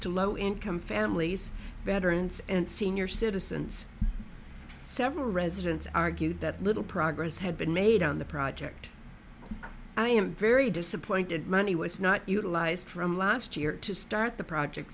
to low income families veterans and senior citizens several residents argued that little progress had been made on the project i am very disappointed money was not utilized from last year to start the project